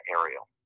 aerial